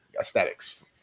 aesthetics